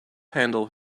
handle